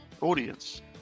audience